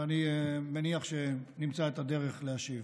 ואני מניח שנמצא את הדרך להשיב.